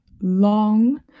long